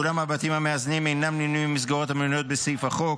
ואולם הבתים המאזנים אינם מנויים במסגרות המנויות בסעיף החוק.